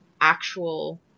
actual